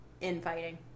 Infighting